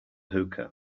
hookah